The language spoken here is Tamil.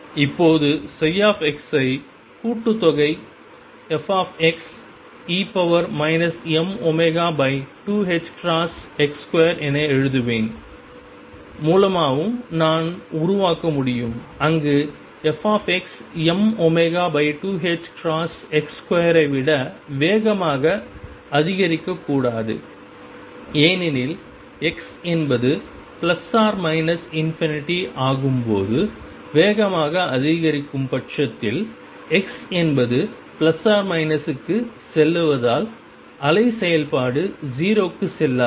இப்போது xஐ கூட்டுத்தொகை fe mω2ℏx2 என எழுதுவதன் மூலமும் நாம் உருவாக்க முடியும் அங்கு fx emω2ℏx2 ஐ விட வேகமாக அதிகரிக்கக்கூடாது ஏனெனில் x என்பது ±∞ ஆகும்போது வேகமாக அதிகரிக்கும் பட்சத்தில் x என்பது ± க்கு செல்வதால் அலை செயல்பாடு 0 க்கு செல்லாது